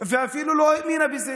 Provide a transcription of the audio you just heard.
ואפילו לא האמינה בזה,